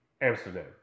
Amsterdam